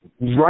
Right